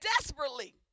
desperately